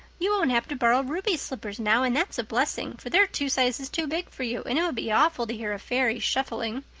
you won't have to borrow ruby's slippers now, and that's a blessing, for they're two sizes too big for you, and it would be awful to hear a fairy shuffling.